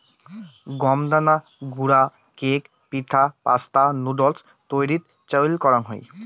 গম দানা গুঁড়া কেক, পিঠা, পাস্তা, নুডুলস তৈয়ারীত চইল করাং হই